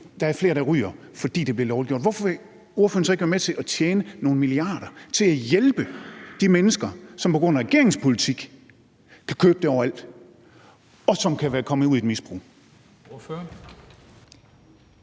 ikke er flere, der ryger, fordi det bliver lovliggjort, hvorfor vil ordføreren så ikke være med til at tjene nogle milliarder til at hjælpe de mennesker, som på grund af regeringens politik kan købe det overalt, og som kan være kommet ud i et misbrug?